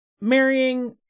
marrying